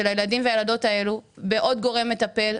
של הילדים והילדות האלה בעוד גורם מטפל,